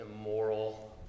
immoral